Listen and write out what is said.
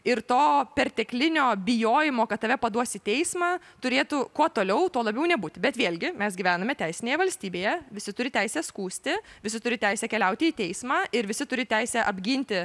ir to perteklinio bijojimo kad tave paduos į teismą turėtų kuo toliau tuo labiau nebūti bet vėlgi mes gyvename teisinėje valstybėje visi turi teisę skųsti visi turi teisę keliauti į teismą ir visi turi teisę apginti